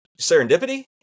serendipity